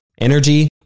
energy